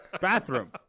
Bathroom